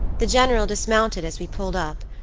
the general dismounted as we pulled up,